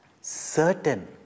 certain